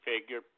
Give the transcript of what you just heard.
figure